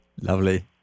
Lovely